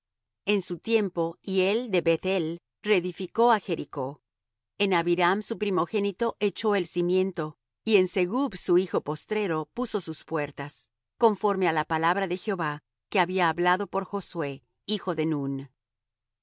en su tiempo hiel de beth-el reedificó á jericó en abiram su primogénito echó el cimiento y en segub su hijo postrero puso sus puertas conforme á la palabra de jehová que había hablado por josué hijo